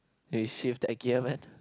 you shift a gear man